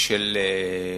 מאוד של תשתיות,